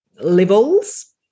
levels